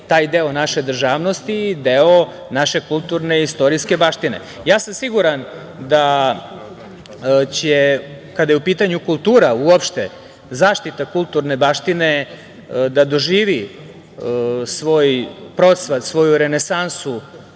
taj deo naše državnosti, deo naše kulturne i istorijske baštine. Siguran sam da će kada je u pitanju kultura uopšte, zaštita kulturne baštine da doživi svoje procvat, svoju renesansu